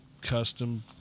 custom